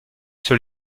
sur